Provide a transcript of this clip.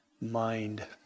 mind